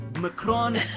Macron